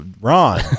Ron